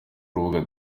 urubuga